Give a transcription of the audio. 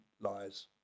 lies